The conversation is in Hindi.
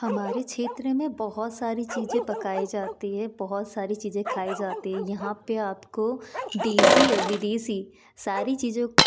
हमारे क्षेत्र में बहुत सारी चीज़ें पकाई जाती हैं बहुत सारी चीजें खाई जाती यहाँ पर आपको देशी और विदेशी सारी चीज़ों